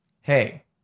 hey